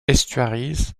estuaries